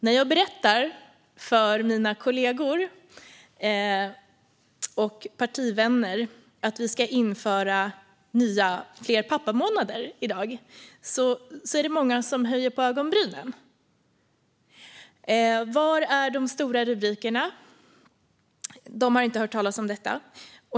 När jag berättar för mina kollegor och partivänner att vi ska införa fler pappamånader i dag är det många som höjer på ögonbrynen. Var är de stora rubrikerna? De har inte hört talas om detta.